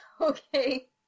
Okay